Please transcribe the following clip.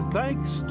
thanks